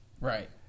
Right